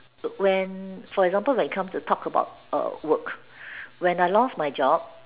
when for example when come to talk about err work when I lost my job